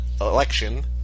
Election